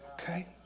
okay